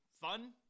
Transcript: Fun